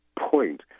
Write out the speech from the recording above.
point